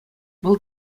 вӑл